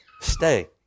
Stay